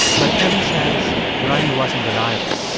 but kevin says riley wasn't reliable.